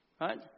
right